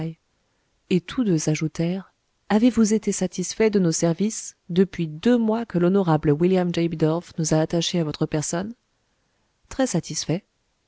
et tous deux ajoutèrent avez-vous été satisfait de nos services depuis deux mois que l'honorable william j bidulph nous a attachés à votre personne très satisfait